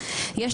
שבפריפריה,